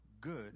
good